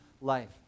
life